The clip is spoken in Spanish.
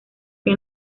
que